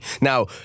now